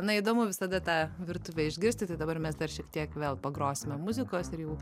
na įdomu visada tą virtuvę išgirsti tai dabar mes dar šiek tiek vėl pagrosime muzikos ir jau